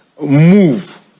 move